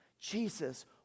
Jesus